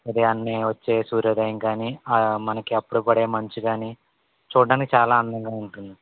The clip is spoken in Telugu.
ఉదయాన్నే వచ్చే సూర్యోదయం గాని మనకి అప్పుడు పడే మంచుగాని చూడడానికి చాలా అందంగా ఉంటుంది